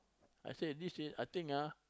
I say this is I think ah